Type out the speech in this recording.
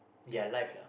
their life lah